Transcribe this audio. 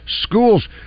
schools